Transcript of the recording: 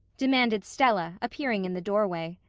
demanded stella, appearing in the doorway.